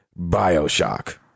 Bioshock